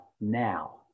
now